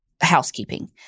housekeeping